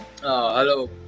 hello